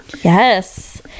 yes